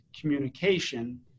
communication